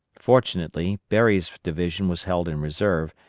fortunately, berry's division was held in reserve,